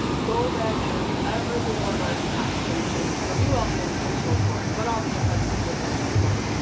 go back and review everything one last time. so you should review all the intentional torts and all the defenses to intentional torts.